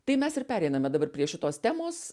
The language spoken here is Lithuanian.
tai mes ir pereiname dabar prie šitos temos